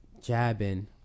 jabbing